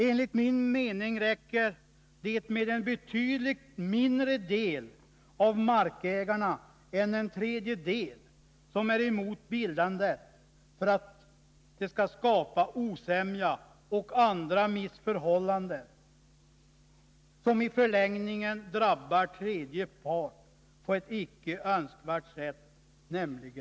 Enligt min mening räcker det med att en betydligt mindre del av markägarna än en tredjedel är emot bildandet för att det skall skapa osämja och andra missförhållanden, som i förlängningen drabbar tredje part, viltet, på ett icke önskvärt sätt.